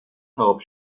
کباب